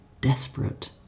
desperate